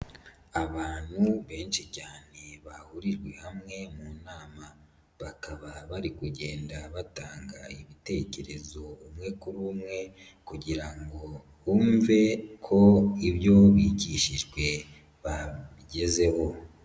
Abantu benshi cyane bahuririye hamwe mu nama, bakaba bari kugenda batanga ibitekerezo umwe kuri umwe, kugira ngo bumve ko ibyo bigishijwe babigezeho.